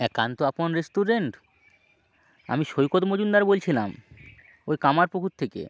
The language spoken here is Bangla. একান্ত আপন রেস্টুরেন্ট আমি সৈকত মজুমদার বলছিলাম ওই কামারপুকুর থেকে